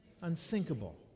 Unsinkable